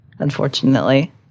Unfortunately